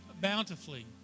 bountifully